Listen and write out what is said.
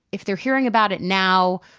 if they're hearing about it now,